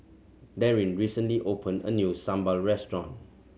Darin recently opened a new sambal restaurant